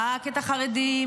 רק את החרדים,